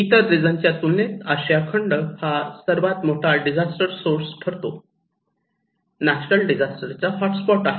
इतर रिजनच्या तुलनेत आशिया खंड हा सर्वात मोठा डिझास्टर सोर्स ठरतो नॅचरल डिझास्टर चा हॉटस्पॉट आहे